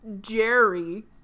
Jerry